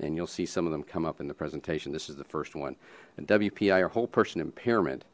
and you'll see some of them come up in the presentation this is the first one at wpi our whole person impairment